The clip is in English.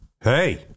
Hey